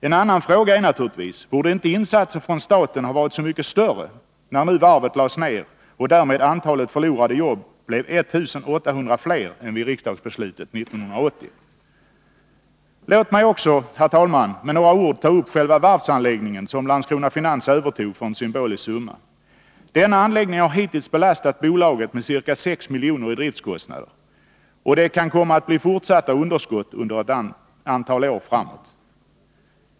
En annan fråga är naturligtvis: Borde inte insatsen från staten ha varit så mycket större, när nu varvet lades ner och därmed antalet förlorade jobb blev 1 800 fler än enligt riksdagsbeslutet 1980? Låt mig också, herr talman, med några ord ta upp frågan om själva varvsanläggningen som Landskrona Finans övertog för en symbolisk summa. Denna anläggning har hittills belastat bolaget med ca 6 miljoner i driftskostnader, och det kan komma att bli fortsatta underskott under ett antal år framåt.